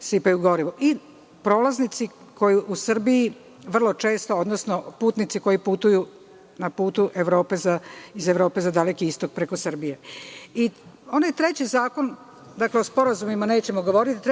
sipaju gorivo i prolaznici koji u Srbiji vrlo često, putnici koji putuju na putu iz Evrope ka Dalekom Istoku preko Srbije. Onaj treći zakon, o sporazumima nećemo govoriti,